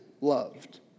loved